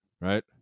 Right